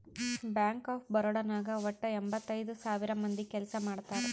bank of Baroda ನಾಗ್ ವಟ್ಟ ಎಂಭತ್ತೈದ್ ಸಾವಿರ ಮಂದಿ ಕೆಲ್ಸಾ ಮಾಡ್ತಾರ್